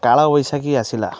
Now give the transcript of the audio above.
କାଳବୈଶାଖୀ ଆସିଲା